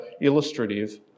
illustrative